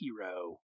hero